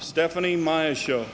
stephanie my show